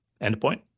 endpoint